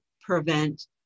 prevent